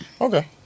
Okay